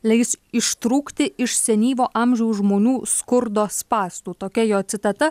leis ištrūkti iš senyvo amžiaus žmonių skurdo spąstų tokia jo citata